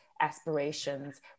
aspirations